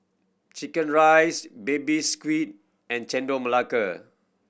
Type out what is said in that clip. chicken rice Baby Squid and Chendol Melaka